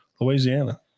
Louisiana